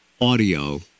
audio